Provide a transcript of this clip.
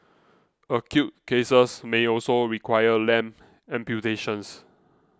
acute cases may also require limb amputations